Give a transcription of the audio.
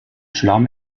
schlamm